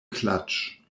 clutch